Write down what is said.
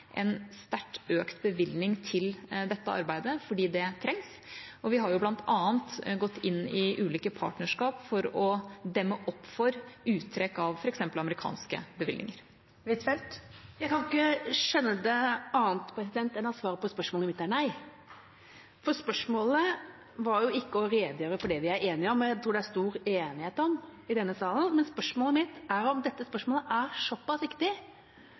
en sterkt økt bevilgning til dette arbeidet, fordi det trengs. Og vi har bl.a. gått inn i ulike partnerskap for å demme opp for uttrekk av f.eks. amerikanske bevilgninger. Jeg kan ikke skjønne annet enn at svaret på spørsmålet mitt er nei. Spørsmålet var jo ikke å redegjøre for det vi er enige om, og det jeg tror det er stor enighet om i denne salen. Spørsmålet mitt er om dette er såpass viktig